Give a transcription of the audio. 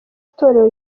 torero